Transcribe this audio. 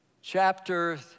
chapter